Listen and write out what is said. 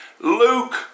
Luke